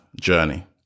journey